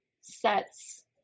sets